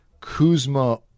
Kuzma